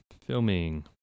Filming